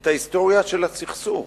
את ההיסטוריה של הסכסוך.